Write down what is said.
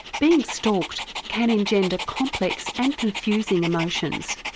being stalked can engender complex and confusing emotions.